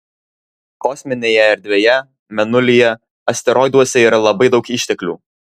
kosminėje erdvėje mėnulyje asteroiduose yra labai daug išteklių